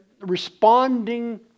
responding